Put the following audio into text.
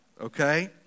okay